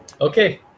Okay